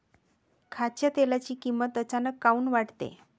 खाच्या तेलाची किमत अचानक काऊन वाढते?